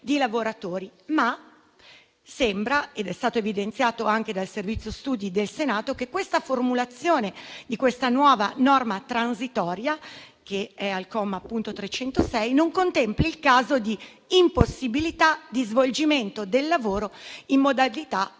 in questione, ma sembra - è stato evidenziato anche dal Servizio studi del Senato - che la formulazione di questa nuova norma transitoria - come dicevo, è al comma 306 - non contempli il caso di impossibilità di svolgimento del lavoro in modalità